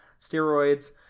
steroids